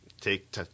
take